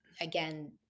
again